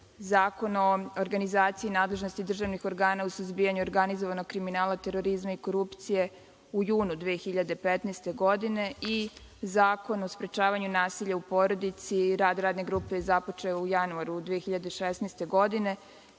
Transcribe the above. Zakon o organizaciji nadležnosti državnih organa u suzbijanju organizovanog kriminala, terorizma i korupcije u junu 2015. godine i Zakon o sprečavanju nasilja u porodici, rad radne grupe je započeo u januaru 2016. godine.